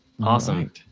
Awesome